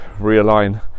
realign